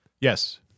Yes